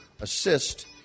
Assist